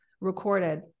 recorded